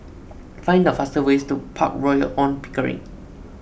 find the fastest ways to Park Royal on Pickering